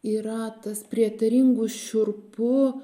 yra tas prietaringu šiurpu